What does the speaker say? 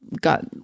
got